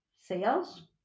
sales